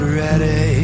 ready